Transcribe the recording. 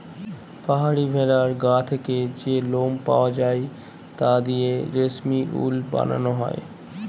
পাহাড়ি ভেড়ার গা থেকে যে লোম পাওয়া যায় তা দিয়ে রেশমি উল বানানো হয়